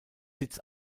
sitz